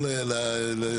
הוא א'-ב'.